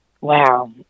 Wow